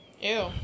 Ew